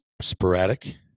sporadic